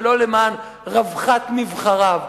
ולא למען רווחת נבחריו.